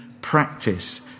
practice